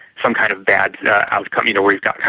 some kind of bad outcome. you know, where you've got, kind